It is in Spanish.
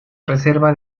reserva